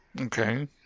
Okay